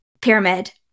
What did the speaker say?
pyramid